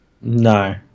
No